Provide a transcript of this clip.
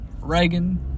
Reagan